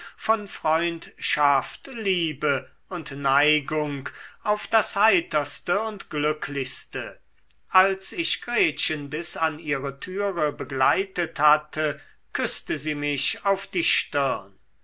von freundschaft liebe und neigung auf das heiterste und glücklichste als ich gretchen bis an ihre türe begleitet hatte küßte sie mich auf die stirn